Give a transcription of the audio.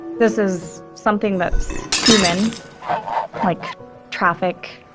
this is something that's human like traffic,